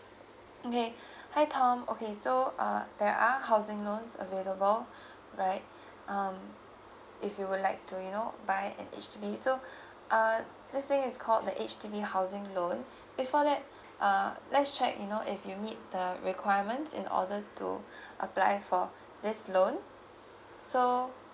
okay hi tom okay so uh there are housing loan available right um if you would like to you know buy an H_D_B so uh this thing is called the H_D_B housing loan before that uh let's check you know if you meet the requirements in order to apply for this loan so